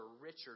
richer